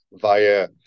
via